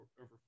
over